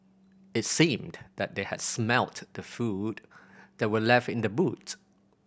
it seemed that they had smelt the food that were left in the boot